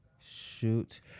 shoot